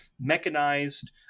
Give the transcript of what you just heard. mechanized